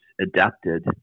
adapted